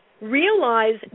realize